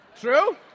True